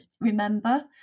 remember